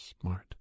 smart